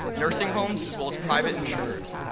nursing homes, as well as private insurers.